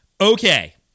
okay